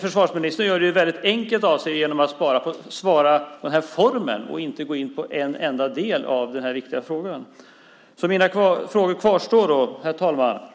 Förvarsministern gör det väldigt enkelt för sig genom att svara på detta sätt och inte gå in på en enda del av dessa viktiga frågor. Herr talman! Mina frågor kvarstår.